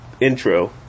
intro